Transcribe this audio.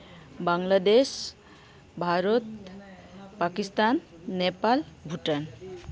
Bangladesh Bharat Pakistan Nepal Bhutan